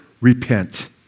repent